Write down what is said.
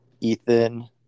Ethan